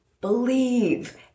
believe